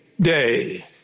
day